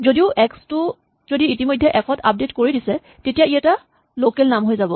যদিও এক্স টো যদি ইতিমধ্যে এফ ত আপডেট কৰি দিছে তেতিয়া ই এটা লোকেল নাম হৈ যাব